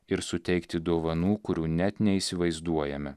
ir suteikti dovanų kurių net neįsivaizduojame